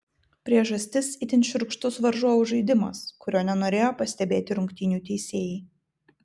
priežastis itin šiurkštus varžovų žaidimas kurio nenorėjo pastebėti rungtynių teisėjai